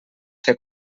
fer